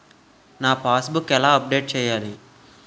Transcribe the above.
నా pass book ఎలా update చేయాలి?